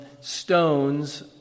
stones